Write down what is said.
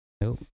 Nope